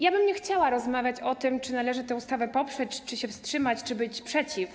Ja bym nie chciała rozmawiać o tym, czy należy tę ustawę poprzeć, czy się wstrzymać, czy być przeciw.